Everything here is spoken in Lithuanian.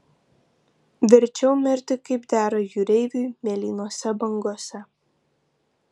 verčiau mirti kaip dera jūreiviui mėlynose bangose